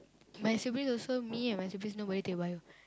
my sibling also me and my siblings nobody take bio